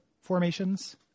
formations